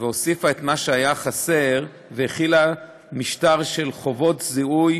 הוסיפה את מה שהיה חסר והחילה משטר של חובות זיהוי